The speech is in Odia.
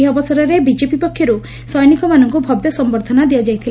ଏହି ଅବସରରେ ବିଜେପି ପକ୍ଷରୁ ସୈନିକମାନଙ୍ଙୁ ଭବ୍ୟ ସମ୍ୱର୍ଦ୍ଧନା ଦିଆଯାଇଥିଲା